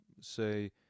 say